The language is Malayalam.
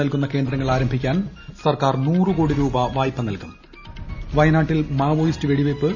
നൽകുന്ന കേന്ദ്രങ്ങൾ ആരംഭിക്കാൻ സർക്കാർ നൂറ് കോടി രൂപ വായ്പ നൽകും വയനാട്ടിൽ മാവോയിസ്റ്റ് കൃഷ്ടിവൃത്പ്പ്